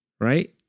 right